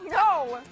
oh,